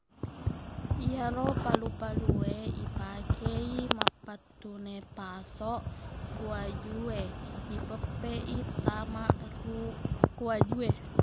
Iyaro palu-palu e ipakei mappattune pasok ko ajuwe ipeppeq i tama ru- ko ajuwe